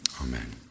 Amen